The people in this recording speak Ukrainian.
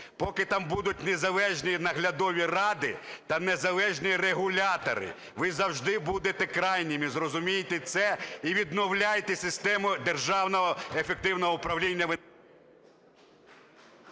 поки там будуть незалежні наглядові ради та незалежні регулятори. Ви завжди будете крайніми, зрозумійте це і відновлюйте систему державного ефективного управління